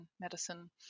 medicine